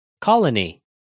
Colony